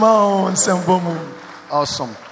Awesome